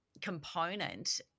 component